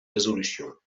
résolutions